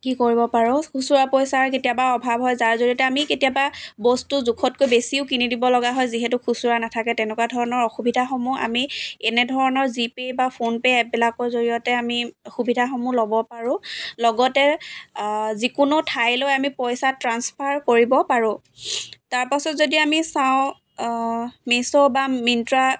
কি কৰিব পাৰোঁ খুচুৰা পইচা কেতিয়াবা অভাৱ হয় যাৰ জৰিয়তে আমি কেতিয়াবা বস্তু জোখতকৈ বেছিও কিনি দিব লগা হয় যিহেতু খুচুৰা নাথাকে তেনেকুৱা ধৰণৰ অসুবিধাসমূহ আমি এনেধৰণৰ জিপে' বা ফোনপে'ৰ এপবিলাকৰ জৰিয়তে আমি সুবিধাসমূহ ল'ব পাৰোঁ লগতে যিকোনো ঠাইলৈ আমি পইচা ট্ৰাঞ্চফাৰ কৰিব পাৰোঁ তাৰপাছত যদি আমি চাওঁ মিশ্ব' বা মিনট্ৰা